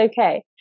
okay